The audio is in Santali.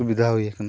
ᱥᱩᱵᱤᱫᱷᱟ ᱦᱩᱭᱟᱠᱟᱱᱟ